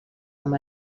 amb